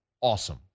Awesome